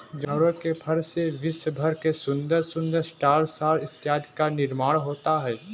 जानवरों के फर से विश्व भर में सुंदर सुंदर स्टॉल शॉल इत्यादि का निर्माण होता है